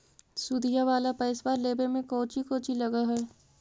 सुदिया वाला पैसबा लेबे में कोची कोची लगहय?